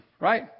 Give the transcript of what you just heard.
right